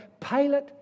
Pilate